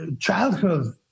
childhood